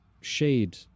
shade